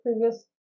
previous